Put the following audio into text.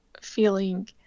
feeling